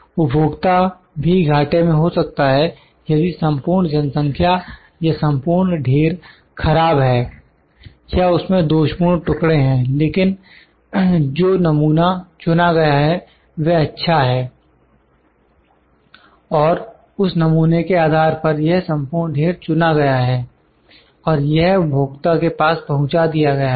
उपभोक्ता भी घाटे में हो सकता है यदि संपूर्ण जनसंख्या या संपूर्ण ढेर खराब है या उसमें दोषपूर्ण टुकड़े हैं लेकिन जो नमूना चुना गया है वह अच्छा है और उस नमूने के आधार पर यह संपूर्ण ढेर चुना गया है और यह उपभोक्ता के पास पहुंचा दिया गया है